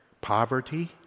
poverty